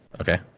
Okay